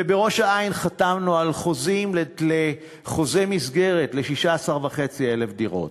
ובראש-העין חתמנו על חוזי מסגרת ל-16,500 דירות,